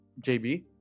JB